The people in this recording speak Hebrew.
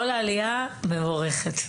מבורכת.